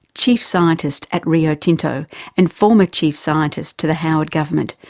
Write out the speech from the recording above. chief scientist at rio tinto and former chief scientist to the howard government,